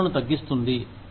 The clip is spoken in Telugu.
మీ ఖర్చులను తగ్గిస్తుంది